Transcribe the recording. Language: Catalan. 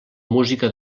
música